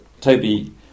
Toby